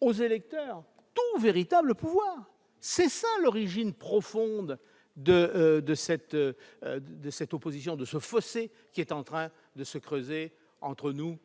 aux électeurs, tout véritable pouvoir. C'est là qu'est l'origine profonde de cette opposition, ce fossé qui est en train de se creuser entre nous